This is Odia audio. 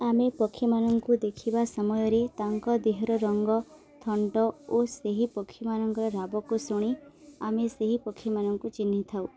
ଆମେ ପକ୍ଷୀମାନଙ୍କୁ ଦେଖିବା ସମୟରେ ତାଙ୍କ ଦେହର ରଙ୍ଗ ଥଣ୍ଟ ଓ ସେହି ପକ୍ଷୀମାନଙ୍କର ରାବକୁ ଶୁଣି ଆମେ ସେହି ପକ୍ଷୀମାନଙ୍କୁ ଚିହ୍ନିଥାଉ